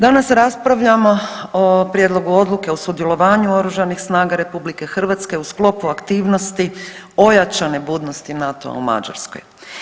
Danas raspravljamo o prijedlogu odluke o sudjelovanju oružanih snaga RH u sklopu aktivnosti ojačane budnosti NATO-a u Mađarskoj.